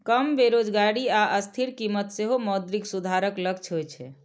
कम बेरोजगारी आ स्थिर कीमत सेहो मौद्रिक सुधारक लक्ष्य होइ छै